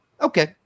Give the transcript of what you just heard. Okay